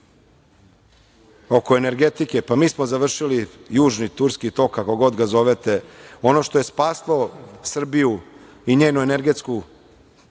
oko energetike, pa mi smo završili Južni turski tok, kako god ga zovete, ono što je spasilo Srbiju i njenu energetsku,